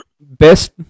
best